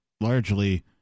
largely